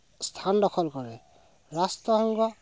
স্থান দখল কৰে ৰাষ্ট্ৰসংঘ